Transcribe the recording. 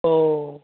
अह